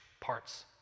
parts